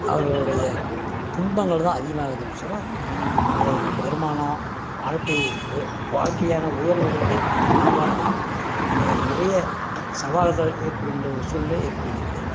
அவர்களுடைய துன்பங்கள்தான் அதிகமாகுதேவொசரம் அதுகளுக்கு வருமானம் வாழ்க்கை உ வே வாழ்க்கையான உயர்வதற்கு வழி இல்லாமல் போயிடுது ஆகையால் நிறைய சவால்கள் ஏற்படுகின்ற ஒரு சூழ்நிலை ஏற்படுகிறது